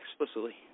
Explicitly